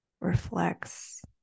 reflects